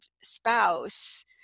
spouse